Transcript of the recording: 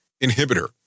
inhibitor